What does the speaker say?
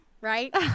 right